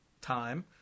time